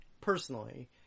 personally